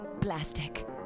plastic